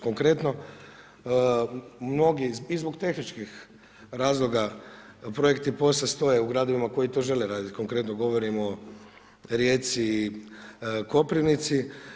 Konkretno, mnogi i zbog tehničkih razloga, projekti POS-a stoje u gradovima koji to žele raditi, konkretno govorimo o Rijeci, Koprivnici.